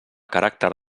caràcter